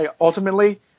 ultimately